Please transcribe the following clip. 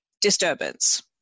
disturbance